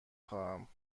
خواهم